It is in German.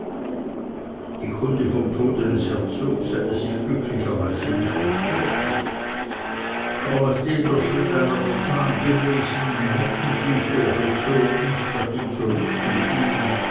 die kunde vom tode des herzogs hätte sich glücklicherweise nicht bestätigt aber nachdem der schritt einmal getan gewesen hätten sie vorgezogen statt ihn zurückzutun